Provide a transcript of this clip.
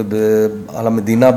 ועל המדינה,